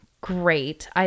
Great